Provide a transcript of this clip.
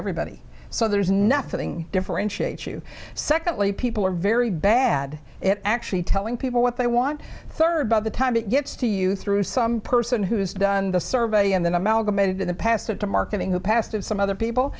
everybody so there's nothing differentiates you secondly people are very bad at actually telling people what they want third by the time it gets to you through some person who has done the survey and then amalgamated in the past it to market in the past of some other people